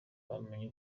bamenya